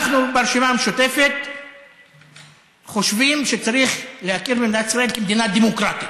אנחנו ברשימה המשותפת חושבים שצריך להכיר במדינת ישראל כמדינה דמוקרטית,